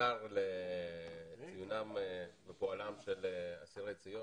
האתר לציונם ופועלם של אסירי ציון.